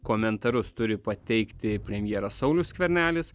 komentarus turi pateikti premjeras saulius skvernelis